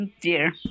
Dear